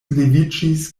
leviĝis